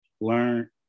learn